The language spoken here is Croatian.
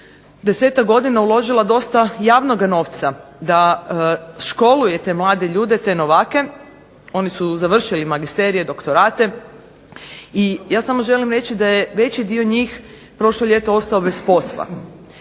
desetak godina uložila dosta javnog novca da školuje te mlade ljude, te novake. Oni su završili magisterije, doktorate i ja samo želim reći da je veći dio njih prošlo ljeto ostalo bez posla.